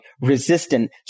resistant